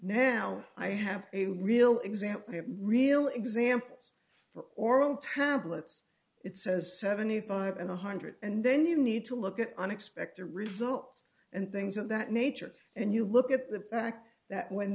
now i have a real example real examples for oral tablets it says seventy five and one hundred and then you need to look at unexpected results and things of that nature and you look at the fact that when